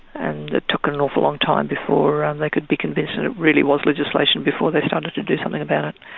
and it took an awful long time before um they could be convinced and it really was legislation before they started to do something about